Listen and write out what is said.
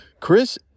Chris